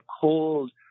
cold